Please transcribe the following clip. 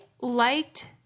liked